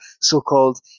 so-called